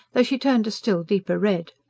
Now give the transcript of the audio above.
though she turned a still deeper red.